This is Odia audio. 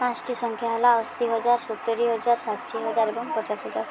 ପାଞ୍ଚଟି ସଂଖ୍ୟା ହେଲା ଅଶୀ ହଜାର ସତୁରୀ ହଜାର ଷାଠିଏ ହଜାର ଏବଂ ପଚାଶ ହଜାର